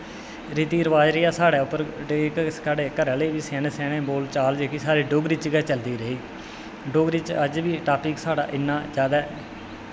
रिती रिवाज रेहा साढ़े पर साढ़े घर आह्ले बी स्याने स्याने बोल चाल बी साढ़ी डोगरी च गै चलदी रेही डोगरी च अज्ज दा टॉपिक साढ़ा